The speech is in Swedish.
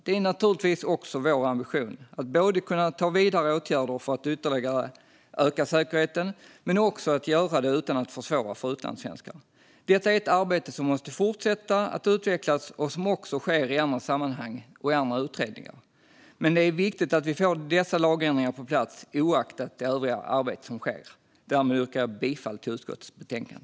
Det är naturligtvis också vår ambition att vidta vidare åtgärder för att ytterligare öka säkerheten men också att göra det utan att försvåra för utlandssvenskar. Detta är ett arbete som måste fortsätta att utvecklas och som också sker i andra sammanhang och i andra utredningar. Men det är viktigt att vi får dessa lagändringar på plats, oavsett det övriga arbete som sker. Därmed yrkar jag bifall till utskottets förslag.